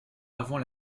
avant